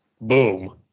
Boom